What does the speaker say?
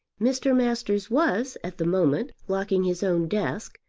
mr. masters was, at the moment, locking his own desk,